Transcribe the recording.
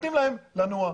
ונותנים להם לנוע.